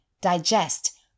digest